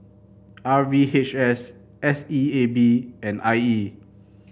R V H S S E A B and I E